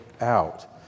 out